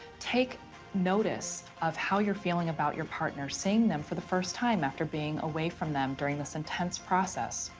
take notice of how you're feeling about your partner, seeing them for the first time after being away from them during this intense process.